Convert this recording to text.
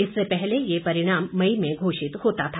इससे पहले ये परिणाम मई में घोषित होता था